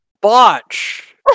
botch